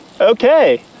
Okay